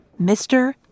Mr